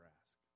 ask